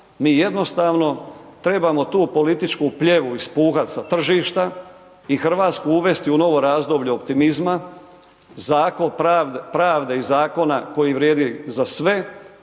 mi jednostavno trebamo tu političku pljevu ispuhat sa tržišta i Hrvatsku uvesti u novo razdoblje optimizma, pravde i zakona koji vrijedi za sve